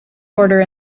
order